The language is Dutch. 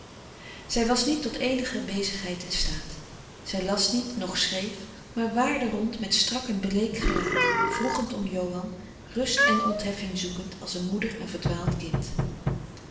zij was niet tot eenige bezigheid in staat zij las niet noch schreef maar waarde rond met strak en bleek gelaat wroegend om johan rust en ontheffing zoekend als een moeder een verdwaald kind